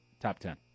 top-ten